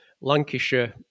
Lancashire